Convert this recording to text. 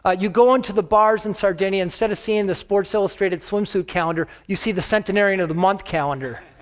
ah you go into the bars in sardinia, instead of seeing the sports illustrated swimsuit calendar, you see the centenarian of the month calendar.